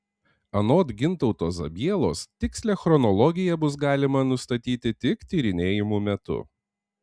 anot gintauto zabielos tikslią chronologiją bus galima nustatyti tik tyrinėjimų metu